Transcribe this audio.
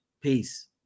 peace